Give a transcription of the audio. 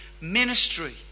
ministry